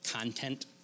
content